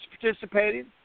participating